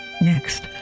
next